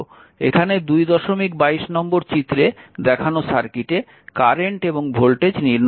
এখানে 222 নম্বর চিত্রে দেখানো সার্কিটে কারেন্ট এবং ভোল্টেজ নির্ণয় করুন